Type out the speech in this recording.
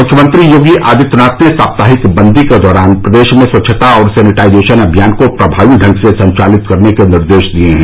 मुख्यमंत्री योगी आदित्यनाथ ने साप्ताहिक बंदी के दौरान प्रदेश में स्वच्छता और सैनिटाइजेशन अभियान को प्रभावी ढंग से संचालित करने के निर्देश दिए हैं